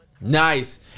Nice